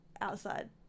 outside